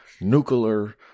nuclear